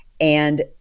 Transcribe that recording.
And-